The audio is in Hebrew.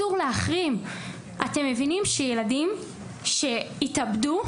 אתם מבינים שילדים שהתאבדו,